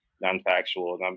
non-factual